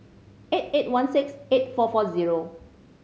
eight eight one six eight four four zero